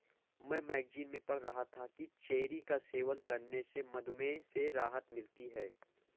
मैं मैगजीन में पढ़ रहा था कि चेरी का सेवन करने से मधुमेह से राहत मिलती है